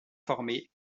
former